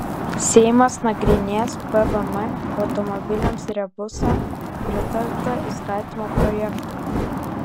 seimas nagrinės pvm automobiliams rebusą pritarta įstatymo projektui